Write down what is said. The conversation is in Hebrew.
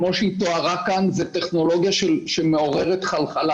מה שתואר כאן לגביה זה טכנולוגיה שמעוררת חלחלה,